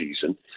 season